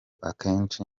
akenshi